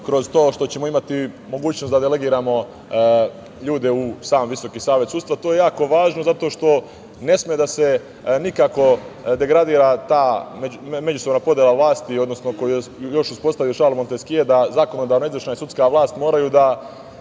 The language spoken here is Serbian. kroz to što ćemo imati mogućnost da delegiramo ljude u sam Visoki savet sudstva. To je jako važno, zato što nikako ne sme da se degradira ta međusobna podela vlasti koju je još uspostavio Šarl Monteskje. Zakonodavna, izvršna i sudska vlast moraju da